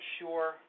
sure